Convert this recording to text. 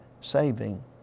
saving